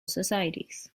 societies